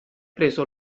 preso